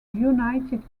united